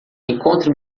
encontre